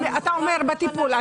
אתה אומר שזה בטיפול.